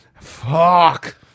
Fuck